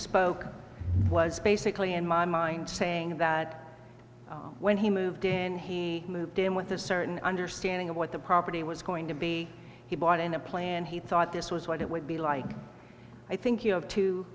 spoke was basically in my mind saying that when he moved in he moved in with a certain understanding of what the property was going to be he bought in a plan he thought this was what it would be like i think you